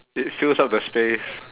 it fills up the space